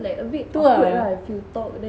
itu ah